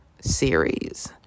series